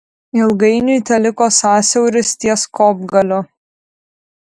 ilgainiui teliko sąsiauris ties kopgaliu